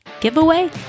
giveaway